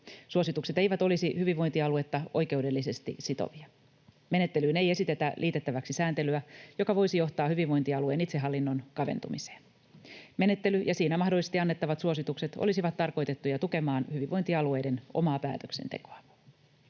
Suositukset eivät olisi hyvinvointialuetta oikeudellisesti sitovia. Menettelyyn ei esitetä liitettäväksi sääntelyä, joka voisi johtaa hyvinvointialueen itsehallinnon kaventumiseen. Menettely ja siinä mahdollisesti annettavat suositukset olisivat tarkoitettu tukemaan hyvinvointialueiden omaa päätöksentekoa.